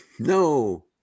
No